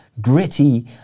gritty